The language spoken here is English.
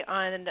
on